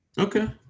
Okay